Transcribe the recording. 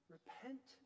Repent